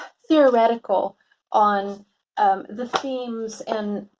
theoretical on the themes and